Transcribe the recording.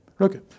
Okay